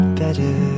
better